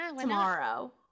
tomorrow